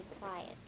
quiet